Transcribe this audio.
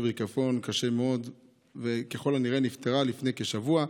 ריקבון קשה מאוד וככל הנראה נפטרה לפני כשבוע.